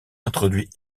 introduit